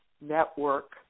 network